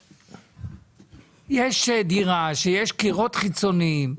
יש דירה בה יש קירות חיצוניים.